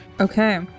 Okay